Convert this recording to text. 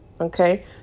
Okay